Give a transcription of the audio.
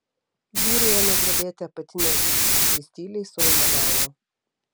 vyrui ėmė drebėti apatinė lūpa jis tyliai suaimanavo